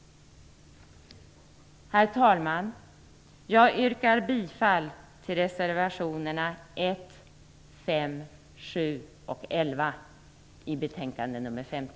Herr talman! Jag yrkar bifall till reservationerna 1,